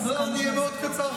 אני אהיה מאוד קצר,